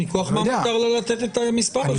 מכוח מה מותר לה לתת את מספר הטלפון?